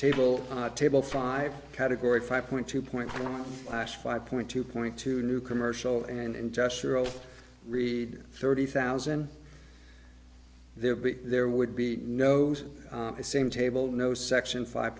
the table five category five point two point five point two point two new commercial and industrial read thirty thousand there but there would be no those same table no section five